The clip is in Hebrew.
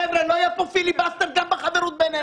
חבר'ה, לא יהיה כאן פיליבסטר גם בחברות בינינו.